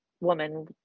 woman